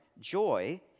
Joy